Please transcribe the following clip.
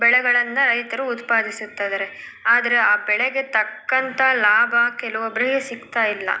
ಬೆಳೆಗಳನ್ನು ರೈತರು ಉತ್ಪಾದಿಸುತ್ತಿದಾರೆ ಆದರೆ ಆ ಬೆಳೆಗೆ ತಕ್ಕಂಥ ಲಾಭ ಕೆಲವೊಬ್ಬರಿಗೆ ಸಿಕ್ತಾ ಇಲ್ಲ